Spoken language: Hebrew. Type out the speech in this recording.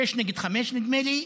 שישה נגד חמישה, נדמה לי,